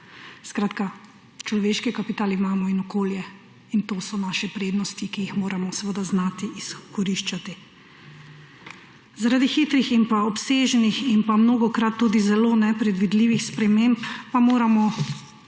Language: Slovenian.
Skratka, imamo človeški kapital in okolje, in to so naše prednosti, ki jih moramo znati izkoriščati. Zaradi hitrih in obsežnih ter mnogokrat tudi zelo nepredvidljivih sprememb pa moramo